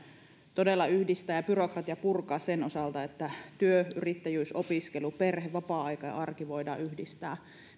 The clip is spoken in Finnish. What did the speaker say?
yhdistää ja byrokratiaa purkaa sen osalta että työ yrittäjyys opiskelu perhe vapaa aika ja arki voidaan yhdistää